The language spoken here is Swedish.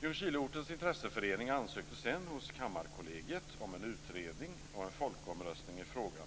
Ljungskileortens intresseförening ansökte sedan hos Kammarkollegiet om en utredning och en folkomröstning i frågan.